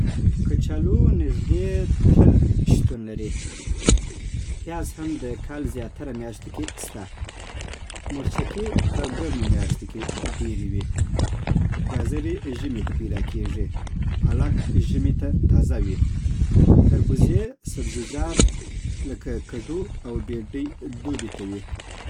کچالو نږدې تل شتون لري. پیاز هم د کال زیاتره میاشتو کې شته. مرچکې په ګرمو میاشتو کې ډېرې وي. ګازرې ژمي ته پیدا کېږي. پالک ژمي ته تازه وي. تربوزي سبزیجات لکه کډو او بینډۍ دوبی ته وي